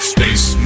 Space